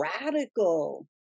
radical